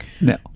No